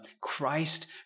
Christ